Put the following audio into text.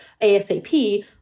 ASAP